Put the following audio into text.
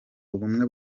ubumwe